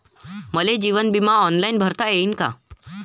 मले जीवन बिमा ऑनलाईन भरता येईन का?